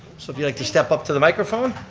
so if you'd like to step up to the microphone.